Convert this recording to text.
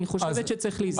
אני חושבת שצריך להיזהר.